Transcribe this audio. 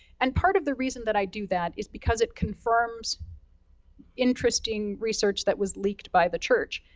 and part of the reason that i do that, is because it confirms interesting research that was leaked by the church.